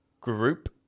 group